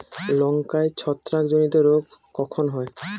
লঙ্কায় ছত্রাক জনিত রোগ কখন হয়?